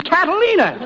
Catalina